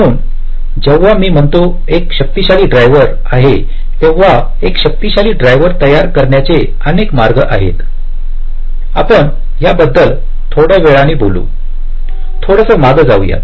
म्हणून जेव्हा मी म्हणतो एक शक्तिशाली ड्रायव्हर आहे तेव्हा एक शक्तिशाली ड्रायव्हर तयार करण्याचे अनेक मार्ग आहेतआपण याबद्दल थोड्या वेळाने बोलूथोडंसं मागे जाऊया